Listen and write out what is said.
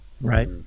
Right